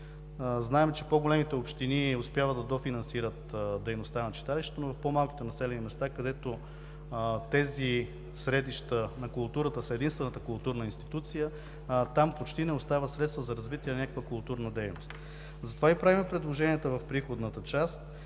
Знаем, че по-големите общини успяват да дофинансират дейността на читалището, но в по-малките населени места, където тези средища на културата са единствената културна институция, там почти не остават средства за развитие на някаква културна дейност. Затова правим и предложенията в Приходната част,